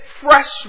fresh